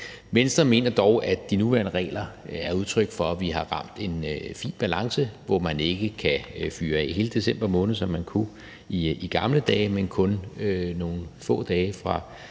Venstre mener dog, at de nuværende regler er udtryk for, at vi har ramt en fin balance, hvor man ikke kan fyre af i hele december måned, som man kunne i gamle dage, men kun nogle få dage fra